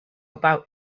about